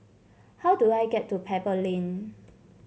how do I get to Pebble Lane